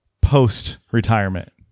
post-retirement